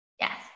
Yes